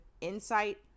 insight